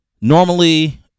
normally